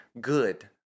Good